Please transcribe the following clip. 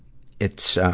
it's, um,